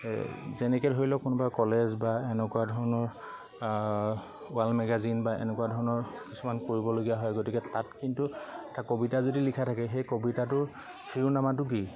যেনেকে ধৰি লওক কোনোবা কলেজ বা এনেকুৱা ধৰণৰ ৱাল মেগাজিন বা এনেকুৱা ধৰণৰ কিছুমান কৰিবলগীয়া হয় গতিকে তাত কিন্তু এটা কবিতা যদি লিখা থাকে সেই কবিতাটোৰ শিৰোনামাটো কি